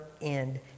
end